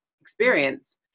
experience